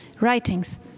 writings